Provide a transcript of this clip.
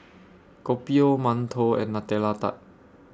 Kopi O mantou and Nutella Tart